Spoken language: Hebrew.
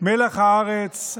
מלח הארץ.